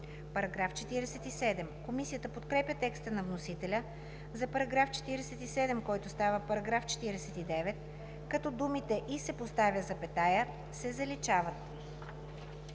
става § 48. Комисията подкрепя текста на вносителя за § 47, който става § 49, като думите „и се поставя запетая“ се заличават.